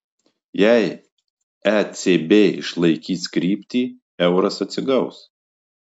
jei ecb išlaikys kryptį euras atsigaus